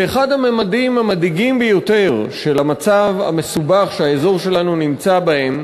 ואחד הממדים המדאיגים ביותר של המצב המסובך שהאזור שלנו נמצא בהם,